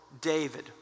David